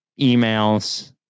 emails